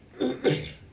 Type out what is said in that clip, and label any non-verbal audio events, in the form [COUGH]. [COUGHS]